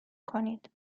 کنید